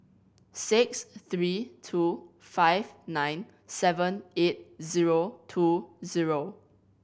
six three two five nine seven eight zero two zero